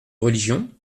religion